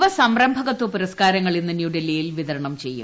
യുവ സംരംഭകത്വ പുരസ്കാരങ്ങൾ ഇന്ന് ന് ന്യൂഡൽഹിയിൽ വിതരണം ചെയ്യും